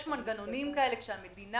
יש מנגנונים כאלה כשהמדינה